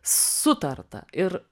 sutarta ir